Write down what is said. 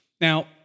Now